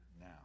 now